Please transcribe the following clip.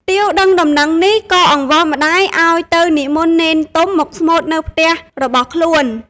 ទាវដឹងដំណឹងនេះក៏អង្វរម្តាយឲ្យទៅនិមន្តនេនទុំមកស្មូត្រនៅផ្ទះរបស់ខ្លួន។